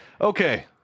Okay